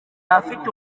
afite